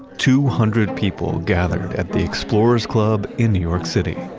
two hundred people gathered at the explorer's club in new york city.